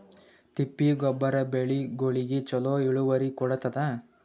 ತಿಪ್ಪಿ ಗೊಬ್ಬರ ಬೆಳಿಗೋಳಿಗಿ ಚಲೋ ಇಳುವರಿ ಕೊಡತಾದ?